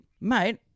Mate